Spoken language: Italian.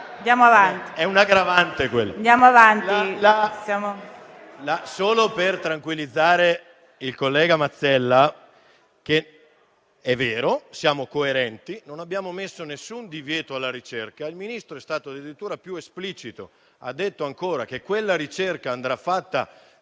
solo tranquillizzare il collega Mazzella. È vero, siamo coerenti: non abbiamo messo alcun divieto alla ricerca. Il Ministro è stato addirittura più esplicito e ha detto che quella ricerca andrà fatta